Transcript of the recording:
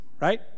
right